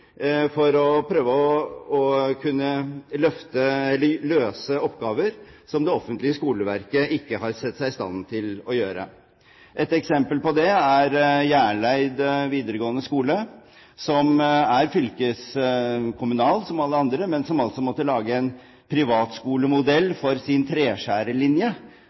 for å prøve å løse oppgaver som det offentlige skoleverket ikke har sett seg i stand til å gjøre. Et eksempel på det er Hjerleid videregående skole, som er fylkeskommunal, som alle andre, men som måtte lage en privatskolemodell for sin